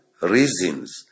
reasons